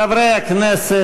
חברי הכנסת,